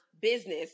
business